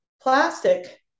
Plastic